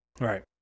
Right